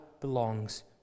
belongs